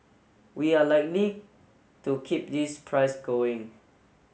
we are likely to keep this price going